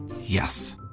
Yes